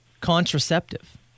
contraceptive